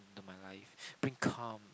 in my life bring calm